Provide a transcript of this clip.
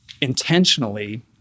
intentionally